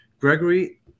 Gregory